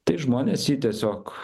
tai žmones ji tiesiog